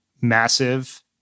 massive